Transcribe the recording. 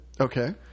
Okay